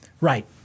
Right